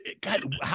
God